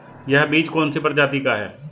यह बीज कौन सी प्रजाति का है?